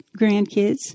grandkids